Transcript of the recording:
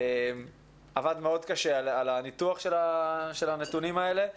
שעבד מאוד קשה על הניתוח של הנתונים האלה,